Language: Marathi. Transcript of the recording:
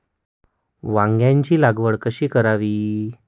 वांग्यांची लागवड कशी करावी?